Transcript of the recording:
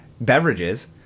beverages